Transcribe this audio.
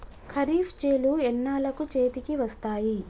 ఖరీఫ్ చేలు ఎన్నాళ్ళకు చేతికి వస్తాయి?